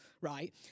right